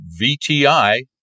VTI